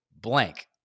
blank